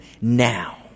now